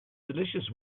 delicious